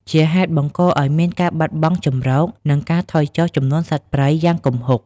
ជាហេតុបង្កឱ្យមានការបាត់បង់ជម្រក និងការថយចុះចំនួនសត្វព្រៃយ៉ាងគំហុក។